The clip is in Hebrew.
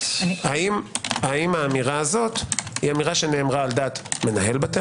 האם האמירה הזו נאמרה על דעת מנהל בתי